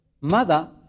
mother